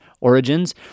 origins